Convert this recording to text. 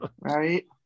Right